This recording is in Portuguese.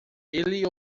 ele